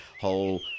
whole